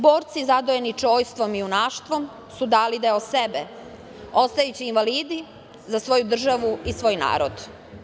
Borci zadojeni čojstvom i junaštvom su dali deo sebe, ostajući invalidi za svoju državu i svoj narod.